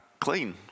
clean